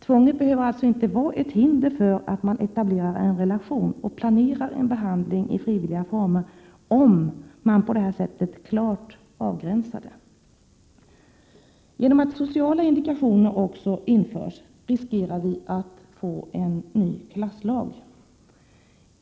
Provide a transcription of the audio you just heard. Tvånget behöver alltså inte vara ett hinder för att man etablerar en relation och planerar en behandling i frivilliga former, om man på detta sätt klart avgränsar det. Genom att sociala indikationer också införs riskerar vi att få en ny klasslag.